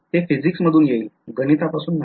ते physics मधून येईल गणितापासून नाही